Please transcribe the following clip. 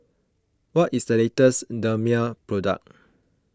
what is the latest Dermale product